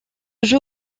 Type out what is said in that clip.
jeu